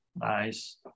Nice